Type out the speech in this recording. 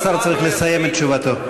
השר צריך לסיים את תשובתו.